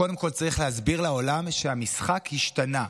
קודם כול צריך להסביר לעולם שהמשחק השתנה,